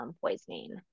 poisoning